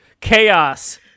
Chaos